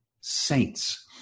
saints